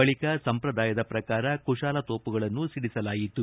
ಬಳಿಕ ಸಂಪ್ರದಾಯದ ಪ್ರಕಾರ ಕುಶಾಲ ಕೋಪುಗಳನ್ನು ಸಿಡಿಸಲಾಯಿತು